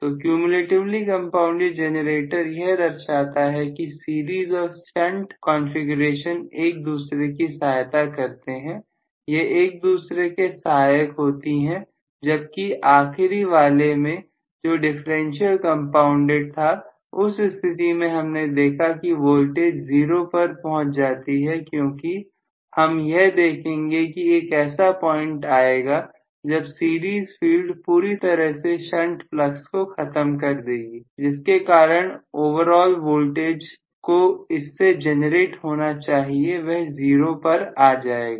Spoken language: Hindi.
तो क्यूम्यूलेटिवली कंपाउंडेड जनरेटर यह दर्शाता है कि सीरीज और शंट कंफीग्रेशन एक दूसरे की सहायता करते हैं यह एक दूसरे के सहायक होती है जबकि आखरी वाले में जो डिफरेंशियल कंपाउंडेड था उस स्थिति में हमने देखा कि वोल्टेज 0 पर पहुंच जाती है क्योंकि हम यह देखेंगे कि एक ऐसा पॉइंट आएगा जब सीरीज फील्ड पूरी तरह से शंट फ्लक्स को खत्म कर देगी जिसके कारण ओवरऑल वोल्टेज जो इससे जनरेट होना चाहिए वह जीरो पर आ जाएगा